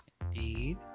indeed